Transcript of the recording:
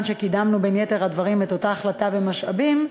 שקידמנו בין יתר הדברים את אותה החלטה למשאבים,